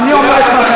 אני אומר לך,